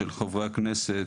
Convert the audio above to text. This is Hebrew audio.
שהגישו חברי הכנסת: